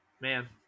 Man